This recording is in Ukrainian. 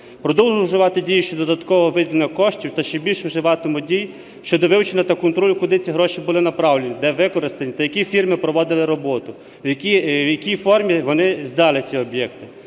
продовжувати дії щодо додаткового виділення коштів та ще більше вживатиму дій щодо вивчення та контролю, куди ці гроші були направлені, де використані та які фірми проводили роботу, в якій формі вони здали ці об'єкти,